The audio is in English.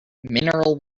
mineral